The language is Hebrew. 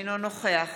אינו נוכח